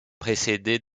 précédé